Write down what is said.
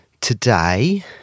today